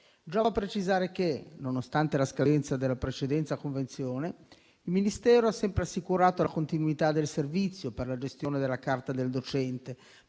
Giova precisare che, nonostante la scadenza della precedente convenzione, il Ministero ha sempre assicurato la continuità del servizio per la gestione della Carta del docente